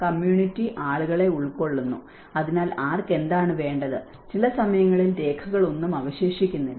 community ആളുകളെ ഉൾക്കൊള്ളുന്നു അതിനാൽ ആർക്ക് എന്താണ് വേണ്ടത് ചില സമയങ്ങളിൽ രേഖകളൊന്നും അവശേഷിക്കുന്നില്ല